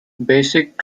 basic